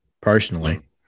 personally